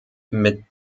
mit